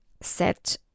set